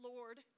Lord